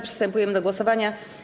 Przystępujemy do głosowania.